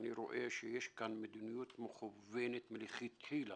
אני רואה שיש כאן מדיניות מכוונת מלכתחילה